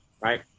right